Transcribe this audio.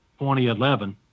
2011